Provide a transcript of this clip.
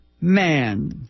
man